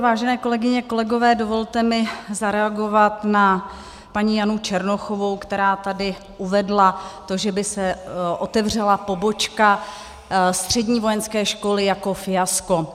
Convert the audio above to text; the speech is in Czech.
Vážené kolegyně, kolegové, dovolte mi zareagovat na paní Janu Černochovou, která tady uvedla to, že by se otevřela pobočka střední vojenské školy, jako fiasko.